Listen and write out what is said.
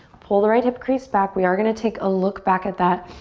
pull the right hip crease back. we are gonna take a look back at that